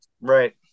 Right